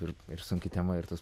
ir ir sunki tema ir tos